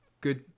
Good